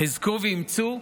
חזקו ואמצו.